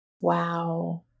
Wow